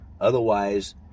Otherwise